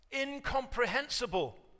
incomprehensible